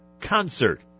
concert